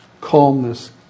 calmness